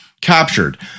captured